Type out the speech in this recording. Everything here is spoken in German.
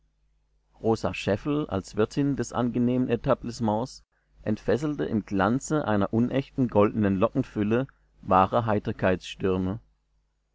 rosa schäffel als wirtin des angenehmen etablissements entfesselte im glanze einer unechten goldenen lockenfülle wahre